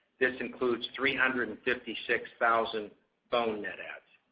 this includes three hundred and fifty six thousand phone net adds.